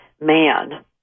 man